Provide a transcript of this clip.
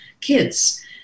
kids